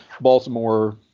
Baltimore